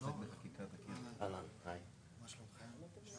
החלטת שכר שרים וסגני שרים, עם השינויים שהיועצת